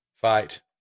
fight